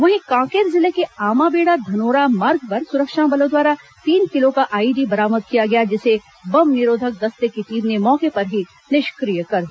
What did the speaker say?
वहीं कांकेर जिले के आमाबेड़ा धनोरा मार्ग पर सुरक्षा बलों द्वारा तीन किलो का आईईडी बरामद किया गया जिसे बम निरोधक दस्ते की टीम ने मौके पर ही निष्क्रिय कर दिया